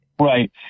Right